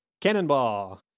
cannonball